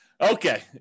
Okay